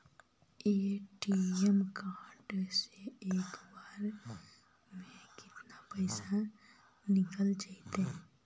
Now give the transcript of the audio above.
ATM card से एक बार में केतना पैसा निकल जइतै?